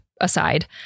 aside